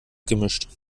gemischt